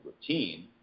routine